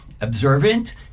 observant